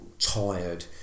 tired